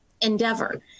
endeavor